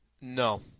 No